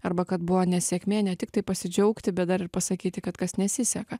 arba kad buvo nesėkmė ne tiktai pasidžiaugti bet dar ir pasakyti kad kas nesiseka